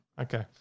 Okay